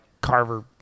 Carver